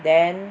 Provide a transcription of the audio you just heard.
then